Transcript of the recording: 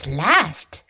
last